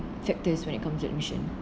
factors when it comes to admission